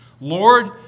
Lord